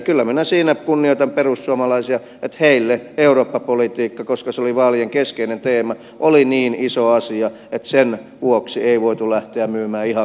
kyllä minä siinä kunnioitan perussuomalaisia että kun heille eurooppa politiikka koska se oli vaalien keskeinen teema oli niin iso asia niin sen vuoksi ei voitu lähteä myymään ihan kaikkea